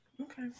Okay